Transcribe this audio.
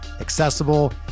accessible